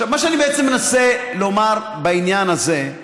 עכשיו, מה שאני מנסה לומר בעניין הזה,